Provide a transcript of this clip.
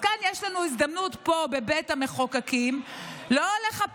כאן יש לנו הזדמנות, פה, בבית המחוקקים, לא לחפש